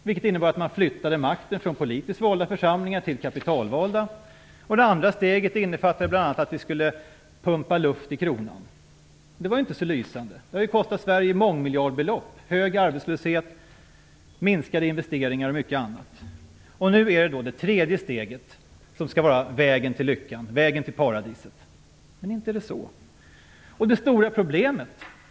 Det medförde att makten flyttades från politiskt valda församlingar till kapitalvalda. Det andra steget innebar bl.a. att vi skulle pumpa luft i kronan. Det var inte så lysande. Det har kostat Sverige mångmiljardbelopp, hög arbetslöshet, minskade investeringar och mycket annat. Nu gäller det det tredje steget som skall vara vägen till lyckan, till paradiset. Men inte är det så.